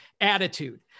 attitude